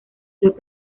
los